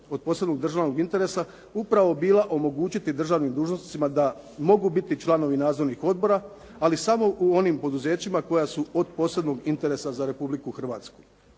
od posebnog državnog interesa upravo bila omogućiti državnim dužnosnicima da mogu biti članovi nadzornih odbora, ali samo u onim poduzećima koja su od posebnog interesa za Republiku Hrvatsku.